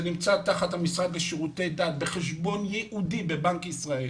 זה נמצא תחת המשרד לשירותי דת בחשבון ייעודי בבנק ישראל